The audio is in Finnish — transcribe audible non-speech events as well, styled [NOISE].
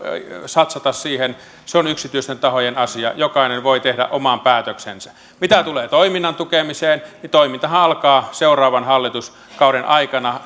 satsata siihen se on yksityisten tahojen asia jokainen voi tehdä oman päätöksensä mitä tulee toiminnan tukemiseen niin toimintahan alkaa seuraavan hallituskauden aikana [UNINTELLIGIBLE]